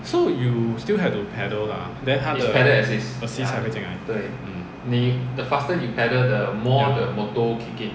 so you still have to pedal lah then 他的 assist 才会进来 okay ya